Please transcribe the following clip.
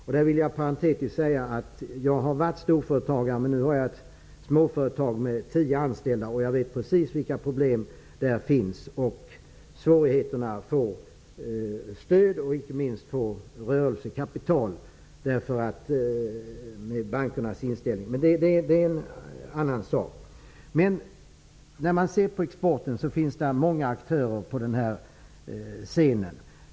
Jag vill parentetiskt säga att jag har varit storföretagare, men nu har ett småföretag med tio anställda. Jag vet precis vilka problem som finns där och vilka svårigheterna att få stöd och rörelsekapital är med den inställning som bankerna har. Men det är en annan sak. När det gäller exporten finns det många aktörer på scenen.